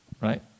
right